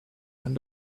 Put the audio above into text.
and